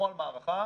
נוהל מערכה